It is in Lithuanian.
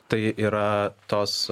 tai yra tos